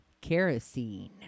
Kerosene